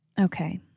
Okay